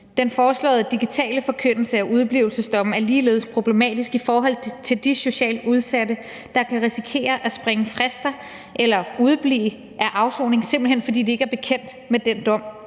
Den foreslåede digitale forkyndelse af udeblivelsesdomme er ligeledes problematisk i forhold til de socialt udsatte, der kan risikere at springe frister eller udeblive fra afsoning, simpelt hen fordi de ikke er bekendt med den dom,